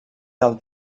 del